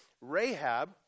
Rahab